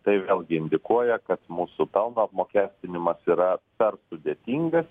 tai vėlgi indikuoja kad mūsų pelno apmokestinimas yra per sudėtingas